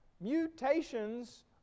mutations